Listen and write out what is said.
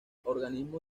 organismo